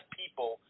people